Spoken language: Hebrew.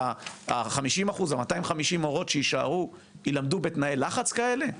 וה-50%, 250 המורות שיישארו ילמדו בתנאי לחץ כאלה?